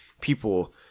people